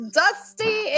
dusty